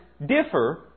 differ